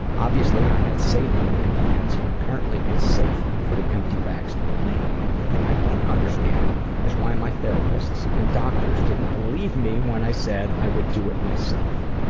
obviously, i had saline implants, and apparently it's safe for the empty bags to remain. the thing i don't understand is why my therapists and doctors didn't believe me when i said i would do it myself.